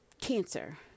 cancer